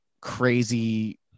crazy